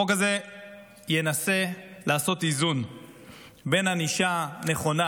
החוק הזה ינסה לעשות איזון בין ענישה נכונה